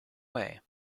way